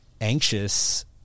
anxious